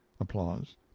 applause